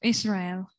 Israel